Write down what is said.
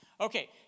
Okay